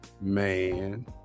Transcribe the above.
Man